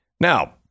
Now